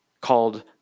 called